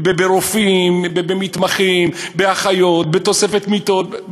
ברופאים, במתמחים, באחיות, בתוספת מיטות.